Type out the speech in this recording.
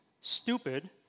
Stupid